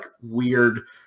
weird